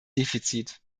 defizit